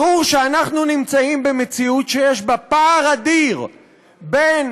וברור שאנחנו נמצאים במציאות שיש בה פער אדיר בין